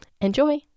Enjoy